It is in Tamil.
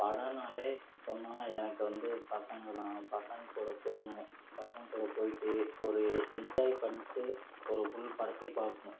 படம்னாலே சொன்னால் எனக்கு வந்து பசங்கள்தான் பசங்கள் கூட போகணும்னு பசங்கள் கூட போய்விட்டு ஒரு என்ஜாய் பண்ணிட்டு ஒரு ஃபுல் படத்தையும் பார்க்கணும்